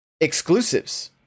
exclusives